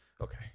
Okay